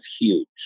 huge